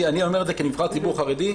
ואני אומר את זה כנבחר ציבור חרדי,